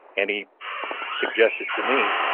and he suggested to me,